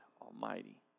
Almighty